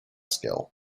skill